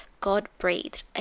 God-breathed